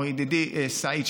או ידידי סעיד,